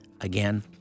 Again